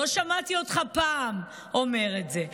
לא שמעתי אותך פעם אומר את זה.